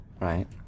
right